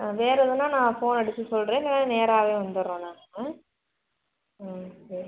ஆ வேறு எதுன்னா நான் ஃபோன் அடிச்சு சொல்கிறேன் இல்லைனா நேராகவே வந்துடுறோம் நாங்கள் ம் சார்